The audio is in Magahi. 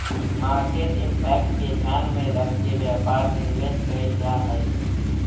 मार्केट इंपैक्ट के ध्यान में रखके व्यापार में निवेश कैल जा हई